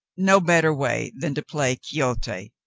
no better way than to play quixote.